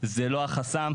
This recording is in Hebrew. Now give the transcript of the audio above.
זה לא החסם.